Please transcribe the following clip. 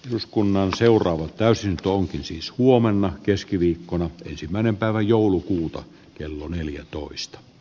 eduskunnan seuraava täysin onkin siis huomenna keskiviikkona ensimmäinen varapuhemies